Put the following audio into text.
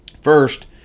First